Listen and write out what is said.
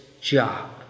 job